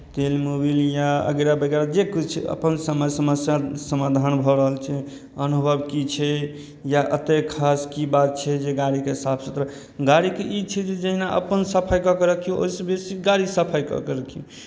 तेल मोबिल या अगैरा वगैरा जे किछु अपन समय समस्या समाधान भऽ रहल छै अनुभव की छै या एतेक खास की बात छै जे गाड़ीकेँ साफ सुथरा गाड़ीके ई छै जहिना अपन सफाइ कऽ कऽ रखियौ ओहिसँ बेसी गाड़ी सफाइ कऽ कऽ रखियौ